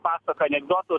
pasakoja anekdotus